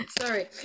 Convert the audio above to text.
Sorry